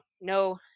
no